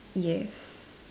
yes